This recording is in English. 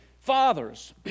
Fathers